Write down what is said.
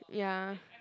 ya